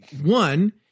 one